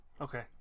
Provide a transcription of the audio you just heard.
Okay